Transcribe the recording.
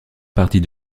partie